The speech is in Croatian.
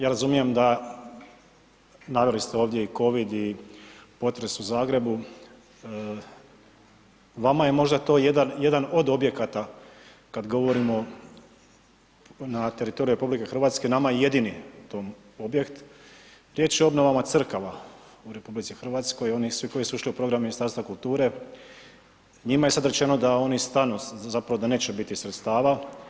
Ja razumijem da, naveli ste ovdje i covid i potres u Zagrebu, vama je možda to jedan od objekata kada govorimo na teritoriju RH, nama je jedini to objekt, riječ je o obnovama crkava u RH, oni svi koji su ušli u program Ministarstva kulture, njima je sada rečeno da oni stanu zapravo da neće biti sredstava.